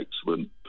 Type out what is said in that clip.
excellent